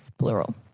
plural